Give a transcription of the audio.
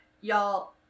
Y'all